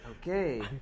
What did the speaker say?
Okay